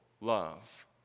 love